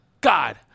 God